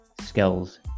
Skills